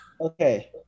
okay